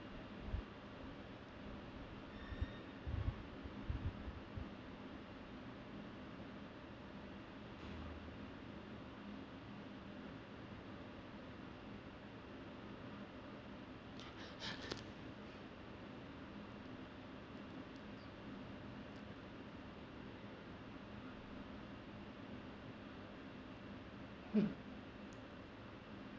hmm